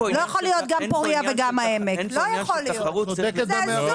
אני יכולה לומר